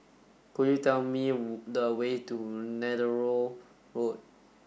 could you tell me the way to Neythal Road